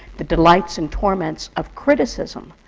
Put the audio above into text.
the delights and torments of criticism.